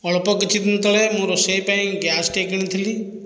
ଅଳ୍ପ କିଛି ଦିନ ତଳେ ମୁଁ ରୋଷେଇ ପାଇଁ ଗ୍ୟାସ୍ଟିଏ କିଣିଥିଲି